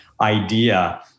idea